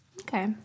Okay